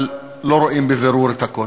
אבל לא רואים בבירור את הכול.